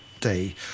day